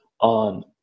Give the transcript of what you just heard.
on